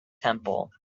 temple